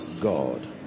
God